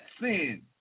sin